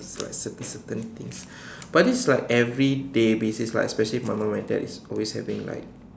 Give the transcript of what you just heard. like certain certain things but this is like everyday basis like especially my mom and dad is always having like